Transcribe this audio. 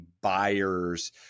buyers